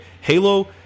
Halo